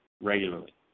regularly